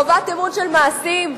חובת אמון של מעשים,